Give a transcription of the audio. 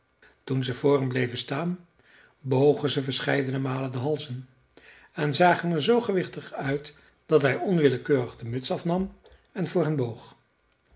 toen ze voor hem bleven staan bogen ze verscheidene malen de halzen en zagen er zoo gewichtig uit dat hij onwillekeurig de muts afnam en voor hen